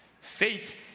Faith